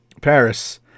paris